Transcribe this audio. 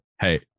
hey